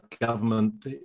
government